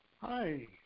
Hi